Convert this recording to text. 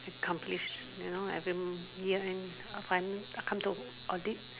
accomplish you know every year and finally come to audit